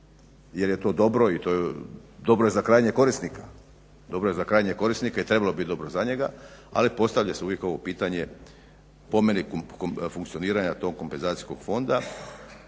jer je to dobro i dobro je za krajnjeg korisnika i trebalo bi biti dobro za njega, ali postavlja se uvijek ovo pitanje po meni funkcioniranja tog kompenzacijskog fonda